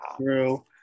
true